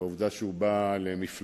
העובדה שהוא בא למפלגה